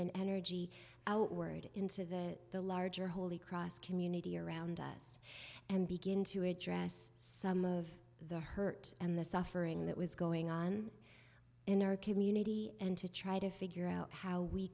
and energy outward into the the larger holy cross community around us and begin to address some of the hurt and the suffering that was going on in our community and to try to figure out how we